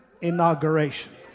inauguration